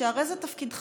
שהרי זה תפקידך.